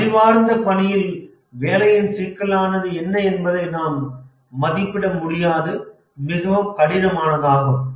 அறிவார்ந்த பணியில் வேலையின் சிக்கலானது என்ன என்பதை நாம் மதிப்பிட முடியாது மிகவும் கடினமானதாகும்